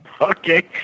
Okay